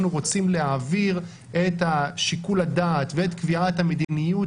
אנחנו רוצים להעביר את שיקול הדעת ואת קביעת המדיניות